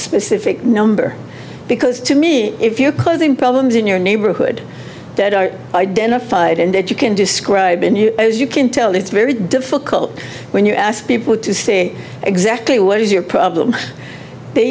specific number because to me if you closing problems in your neighborhood that are identified and if you can describe it as you can tell it's very difficult when you ask people to say exactly what is your problem they